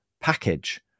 package